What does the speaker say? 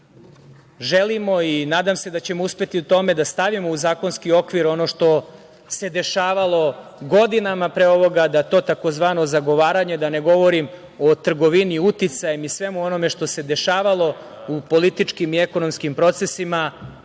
želimo i nadam se da ćemo uspeti u tome da stavimo u zakonski okvir ono što se dešavalo godinama pre ovoga, da to tzv. zagovaranje, da ne govorim o trgovini uticajem i svemu onome što se dešavalo u političkim i ekonomskim procesima,